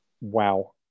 Wow